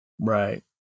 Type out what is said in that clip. Right